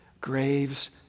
Graves